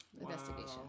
investigation